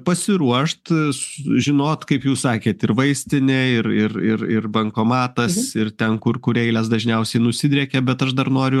pasiruošt sužinot kaip jūs sakėt ir vaistinę ir ir ir ir bankomatas ir ten kur kur eilės dažniausiai nusidriekia bet aš dar noriu